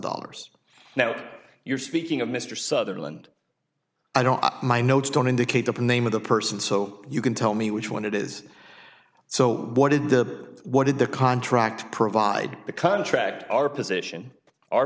dollars now you're speaking of mr sutherland i don't my notes don't indicate the name of the person so you can tell me which one it is so what did the what did the contract provide the contract our position our